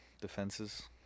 defenses